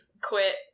quit